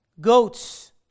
Goats